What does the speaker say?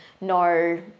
no